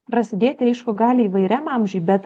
prasidėti aišku gali įvairiam amžiuj bet